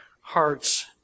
hearts